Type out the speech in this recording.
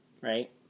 Right